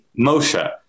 Moshe